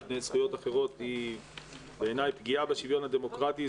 על פני זכויות אחרות בעיניי היא פגיעה בשוויון הדמוקרטי.